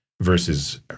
versus